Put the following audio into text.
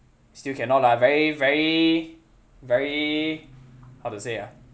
still cannot lah very very very how to say ah